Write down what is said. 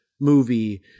movie